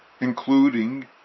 including